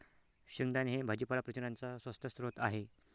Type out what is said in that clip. शेंगदाणे हे भाजीपाला प्रथिनांचा स्वस्त स्रोत आहे